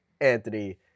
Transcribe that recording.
Anthony